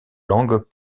langues